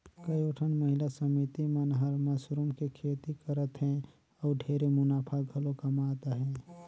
कयोठन महिला समिति मन हर मसरूम के खेती करत हें अउ ढेरे मुनाफा घलो कमात अहे